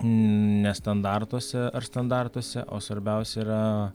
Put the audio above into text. ne standartuose ar standartuose o svarbiausia yra